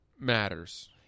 matters